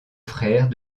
frère